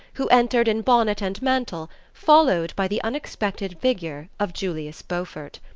who entered in bonnet and mantle followed by the unexpected figure of julius beaufort.